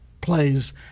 plays